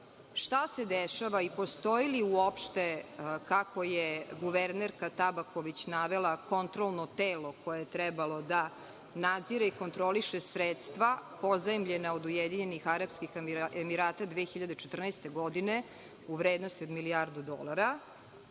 šta se dešava i postoji li uopšte kako je guvernerka Tabaković navela kontrolno telo koje je trebalo da kontroliše i sredstva pozajmljena od Ujedinjenih Arapskih Emirata 2014. godine u vrednosti od milijardu dolara.